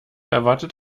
erwartet